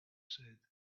said